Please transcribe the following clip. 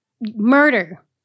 murder